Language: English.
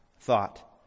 thought